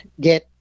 get